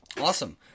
Awesome